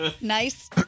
Nice